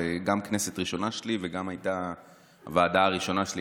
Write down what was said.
זאת גם כנסת ראשונה שלי וזאת גם הייתה הוועדה הראשונה שלי.